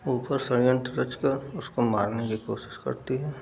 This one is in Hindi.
ऊपर षड्यंत्र रच कर उसको मारने की कोशिश करती है